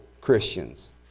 Christians